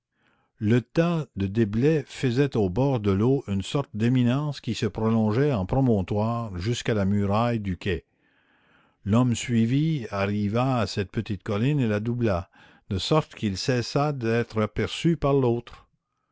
le tas de déblais faisait au bord de l'eau une sorte d'éminence qui se prolongeait en promontoire jusqu'à la muraille du quai l'homme suivi arriva à cette petite colline et la doubla de sorte qu'il cessa d'être aperçu par l'autre